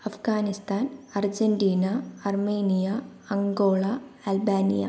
Afghanistan Argentina Armenia Angola Albania